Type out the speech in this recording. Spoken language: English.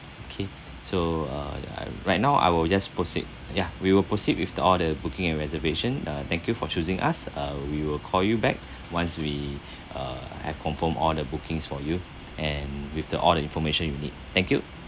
okay so err right now I will just proceed ya we will proceed with all the order booking and reservation uh thank you for choosing us uh we will call you back once we uh have confirm all the bookings for you and with the all the information you need thank you